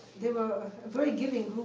they were a very giving